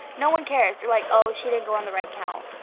no one cares. they're like, oh, she didn't go on the right count.